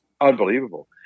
unbelievable